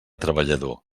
treballador